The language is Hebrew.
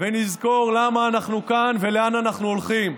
ונזכור למה אנחנו כאן ולאן אנחנו הולכים.